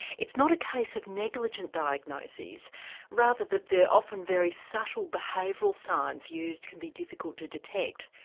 it's not a case of negligent diagnoses rather that the often very subtle behavioural signs used can be difficult to detect.